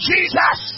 Jesus